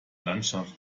landschaft